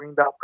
Greenbelt